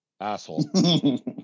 asshole